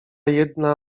jedna